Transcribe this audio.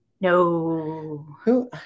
No